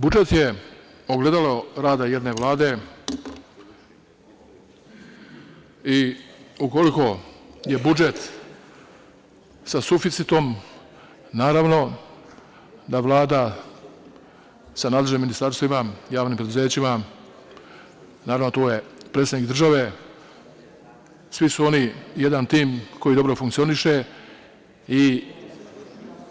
Budžet je ogledalo rada jedne Vlade i ukoliko je budžet sa suficitom, naravno da Vlada sa nadležnim ministarstvima, javnim preduzećima, naravno tu je predsednik države, svi su oni jedan tim koji dobro funkcioniše i